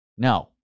No